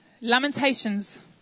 Lamentations